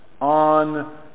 on